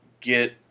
get